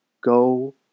Go